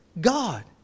God